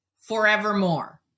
forevermore